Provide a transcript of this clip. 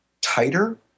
tighter